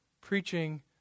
Preaching